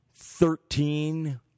Thirteen